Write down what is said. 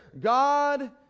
God